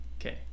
Okay